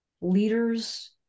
leaders